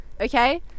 okay